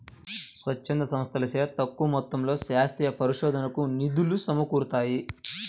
స్వచ్ఛంద సంస్థలచే తక్కువ మొత్తంలో శాస్త్రీయ పరిశోధనకు నిధులు సమకూరుతాయి